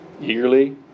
eagerly